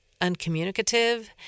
uncommunicative